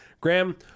Graham